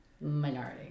minority